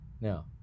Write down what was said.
Now